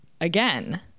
again